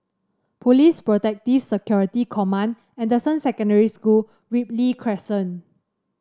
Police Protective Security Command Anderson Secondary School Ripley Crescent